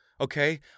Okay